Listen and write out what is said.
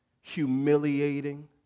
humiliating